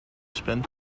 spent